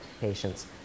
patients